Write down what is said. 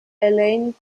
alain